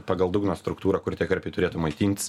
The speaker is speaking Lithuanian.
pagal dugno struktūrą kur tie karpiai turėtų maitintis